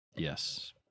Yes